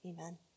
Amen